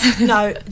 no